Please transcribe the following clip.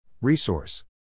Resource